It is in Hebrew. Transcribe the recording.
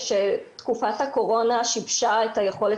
אני מודה שתקופת הקורונה שיבשה את היכולת